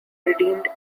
redeemed